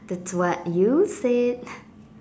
that's what you said